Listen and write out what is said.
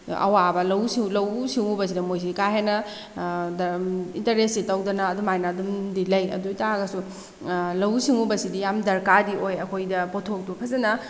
ꯑꯋꯥꯕ ꯂꯧꯎ ꯁꯤꯡꯎꯕꯁꯤꯗ ꯃꯣꯏꯁꯤ ꯀꯥꯍꯦꯟꯅ ꯏꯟꯇꯔꯦꯁꯁꯤ ꯇꯧꯗꯅ ꯑꯗꯨꯃꯥꯏꯅ ꯑꯗꯨꯝꯗꯤ ꯂꯩ ꯑꯗꯨ ꯑꯣꯏꯇꯔꯒꯁꯨ ꯂꯧꯎ ꯁꯤꯡꯎꯕꯁꯤꯗꯤ ꯌꯥꯝ ꯗꯔꯀꯥꯔꯗꯤ ꯑꯣꯏ ꯑꯩꯈꯣꯏꯗ ꯄꯣꯠꯊꯣꯛꯇꯨ ꯐꯖꯅ